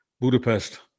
Budapest